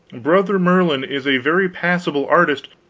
brother merlin is a very passable artist,